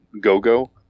Gogo